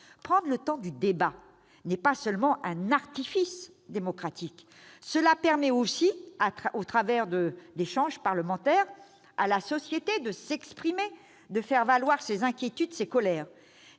Prendre le temps du débat n'est pas seulement un artifice démocratique. Cela permet aussi à la société de s'exprimer, de faire valoir ses inquiétudes, ses colères